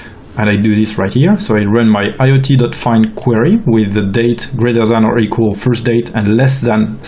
and i do this right here. so i and run my iot findquery with the date greater than or equal first date and strictly less than